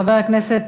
חבר הכנסת